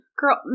Girl